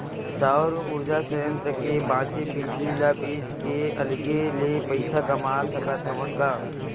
सउर उरजा संयत्र के बाचे बिजली ल बेच के अलगे ले पइसा कमा सकत हवन ग